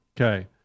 Okay